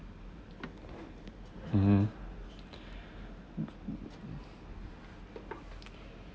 mmhmm